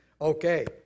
Okay